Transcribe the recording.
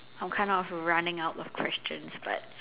I'm kind of running out of questions but